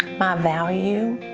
my value,